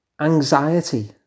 anxiety